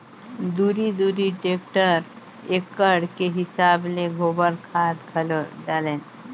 दूरी दूरी टेक्टर एकड़ के हिसाब ले गोबर खाद घलो डालेन